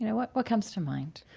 you know, what what comes to mind?